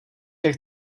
jak